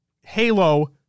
Halo